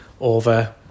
over